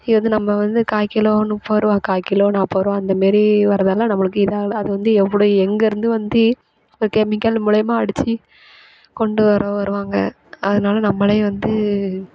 இது வந்து நம்ம வந்து காய்க் கிலோ முப்பதுரூவா காய்க் கிலோ நாற்பதுரூவா அந்த மாரி வர்றதால் நம்பளுக்கு இதாவுல அது வந்து எப்படி எங்கே இருந்து வந்து ஒரு கெமிக்கல் மூலியமாக அடிச்சு கொண்டு வேறு வருவாங்க அதனால் நம்பளே வந்து